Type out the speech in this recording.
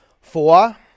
Four